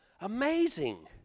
Amazing